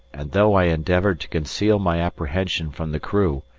and though i endeavoured to conceal my apprehension from the crew,